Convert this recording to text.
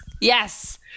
yes